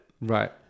Right